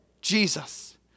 Jesus